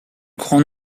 grand